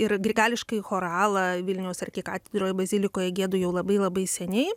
ir grigališkąjį choralą vilniaus arkikatedroj bazilikoje giedu jau labai labai seniai